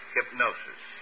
Hypnosis